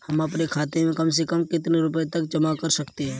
हम अपने खाते में कम से कम कितने रुपये तक जमा कर सकते हैं?